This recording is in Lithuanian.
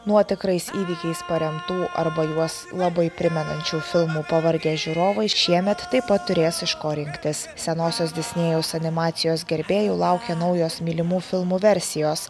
nuo tikrais įvykiais paremtų arba juos labai primenančių filmų pavargę žiūrovai šiemet taip pat turės iš ko rinktis senosios disnėjaus animacijos gerbėjų laukia naujos mylimų filmų versijos